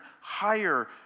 higher